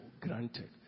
granted